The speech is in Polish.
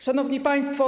Szanowni Państwo!